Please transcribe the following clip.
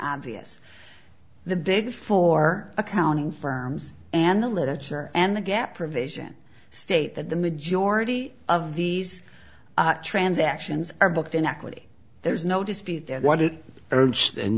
obvious the big four accounting firms and the literature and the gap provision state that the majority of these transactions are booked in equity there's no dispute there what it urged and